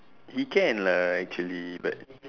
he can lah actually but